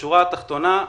בשורה התחתונה,